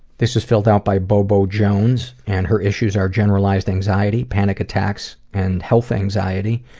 this is filled out by bobo jones and her issues are generalized anxiety, panic attacks and health anxiety.